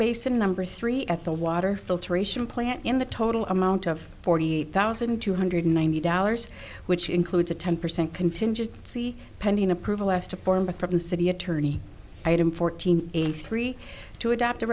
base and number three at the water filtration plant in the total amount of forty eight thousand two hundred ninety dollars which includes a ten percent contingency pending approval as to permit from the city attorney item fourteen and three to adopt a